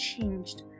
changed